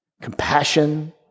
compassion